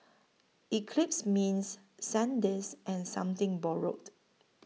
Eclipse Mints Sandisk and Something Borrowed